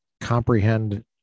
comprehend